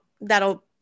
that'll